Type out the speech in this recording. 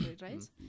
right